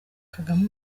kagame